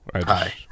Hi